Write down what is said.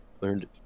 Learned